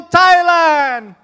Thailand